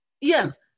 Yes